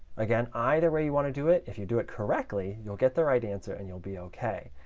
again, either way you want to do it, if you do it correctly, you'll get the right answer and you'll be ok.